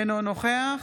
אינו נוכח